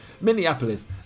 Minneapolis